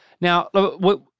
Now